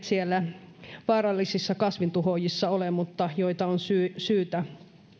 siellä vaarallisissa kasvintuhoojissa ole mutta joita on syytä syytä